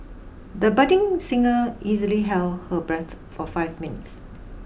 the budding singer easily held her breath for five minutes